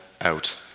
out